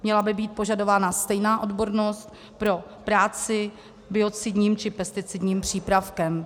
Měla by být požadována stejná odbornost pro práci s biocidním i pesticidním přípravkem.